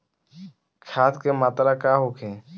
खाध के मात्रा का होखे?